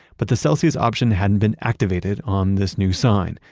but the celsius option hadn't been activated on this new sign.